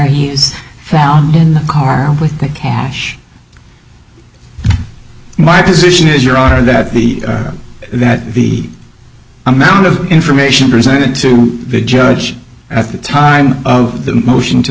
he's found in the car with that cash my position is your honor that the the amount of information presented to the judge at the time the motion to